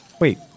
Wait